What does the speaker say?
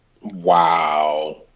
Wow